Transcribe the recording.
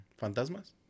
Fantasmas